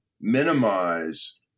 minimize